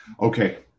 Okay